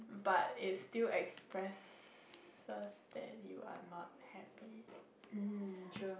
but it's still expresses that you are not happy